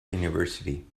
university